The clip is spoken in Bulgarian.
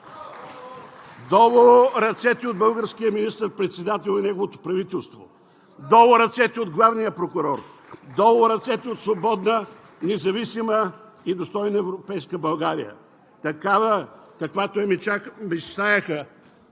Долу ръцете от българския министър-председател и неговото правителство! Долу ръцете от главния прокурор! Долу ръцете от свободна, независима и достойна европейска България – такава, каквато я